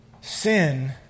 Sin